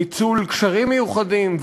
ניצול קשרים מיוחדים,